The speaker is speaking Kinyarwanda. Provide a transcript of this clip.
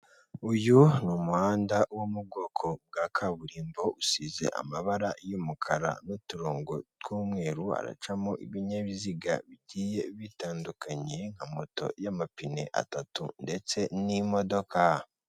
Uyu n'umuhanda wo mu bwoko bwa kaburimbo usize amabara y'umukara n'uturongo tw'umweru, haracamo ibinyabiziga bigiye bitandukanye, nka moto y'amapine atatu ndetse n'imodoka.